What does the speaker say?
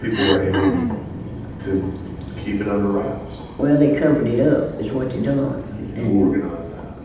people were able to keep it under wraps well, they covered it up, is what they done. and. who organized that?